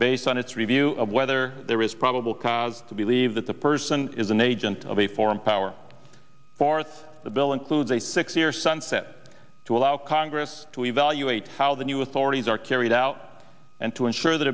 based on its review of whether there is probable cause to believe that the person is an agent of a foreign power for the bill includes a six year sunset to allow congress to evaluate how the new authorities are carried out and to and sure that